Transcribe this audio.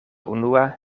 unua